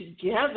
together